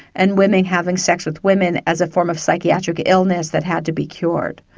and women having sex with women as a form of psychiatric illness that had to be cured.